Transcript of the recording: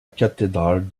cathédrale